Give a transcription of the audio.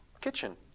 kitchen